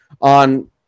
on